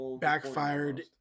backfired